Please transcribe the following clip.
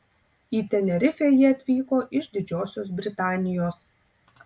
į tenerifę jie atvyko iš didžiosios britanijos